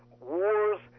wars